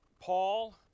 Paul